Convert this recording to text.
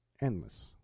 endless